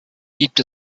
gibt